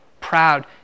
proud